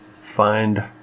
find